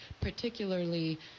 particularly